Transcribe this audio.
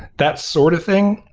that sort of thing,